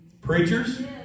Preachers